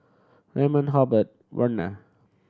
Raymon Hobert Werner